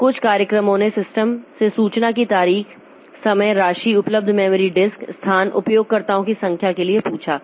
तो कुछ कार्यक्रमों ने सिस्टम से सूचना की तारीख समय राशि उपलब्ध मेमोरी डिस्क स्थान उपयोगकर्ताओं की संख्या के लिए पूछा